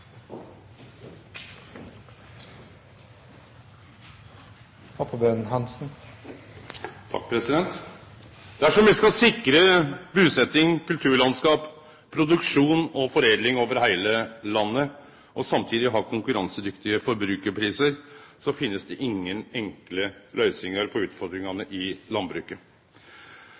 Dersom me skal sikre busetjing, kulturlandskap, produksjon og foredling over heile landet og samtidig ha konkurransedyktige forbrukarprisar, finst det ingen enkle løysingar på utfordringane i landbruket.